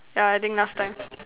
ya I think last time